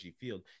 field